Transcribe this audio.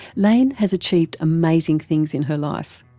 layne has achieved amazing things in her life,